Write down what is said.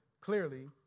clearly